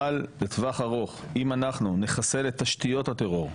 אבל לטווח ארוך, אם אנחנו נחסל את תשתיות הטרור,